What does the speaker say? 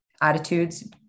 attitudes